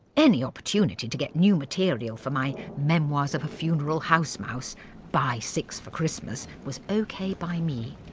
any opportunity to get new material for my memoirs of a funeral house mouse buy six for christmas was ok by me.